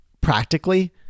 practically